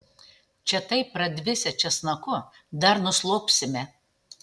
čia taip pradvisę česnaku dar nuslopsime